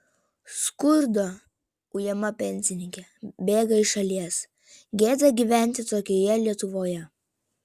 skurdo ujama pensininkė bėga iš šalies gėda gyventi tokioje lietuvoje